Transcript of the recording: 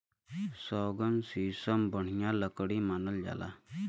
सौगन, सीसम बढ़िया लकड़ी मानल जाला